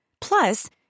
Plus